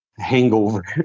Hangover